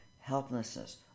helplessness